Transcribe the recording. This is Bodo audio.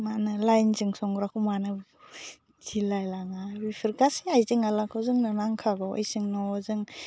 मा होनो लाइनजों संग्राखौ मानो गिलाय लाङो बिफोर गासै आइजें आयलाखौ जोंनो नांखागौ इसिं न'वाव जों